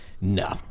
No